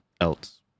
else